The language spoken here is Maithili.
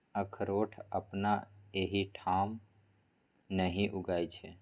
अकरोठ अपना एहिठाम नहि उगय छै